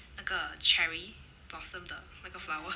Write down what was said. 那个 cherry blossom 的那个 flower